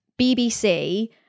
bbc